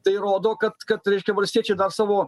tai rodo kad kad reiškia valstiečiai savo